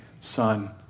son